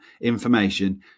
information